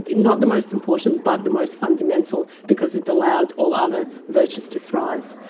not the most important but the most fundamental because it allowed all other virtues to thrive.